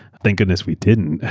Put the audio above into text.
thank goodness we didn't.